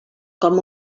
com